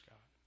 God